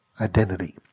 identity